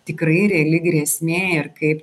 tikrai reali grėsmė ir kaip